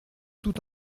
tout